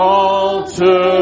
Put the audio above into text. altar